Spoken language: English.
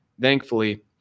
Thankfully